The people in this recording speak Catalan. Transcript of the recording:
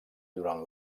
durant